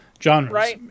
genres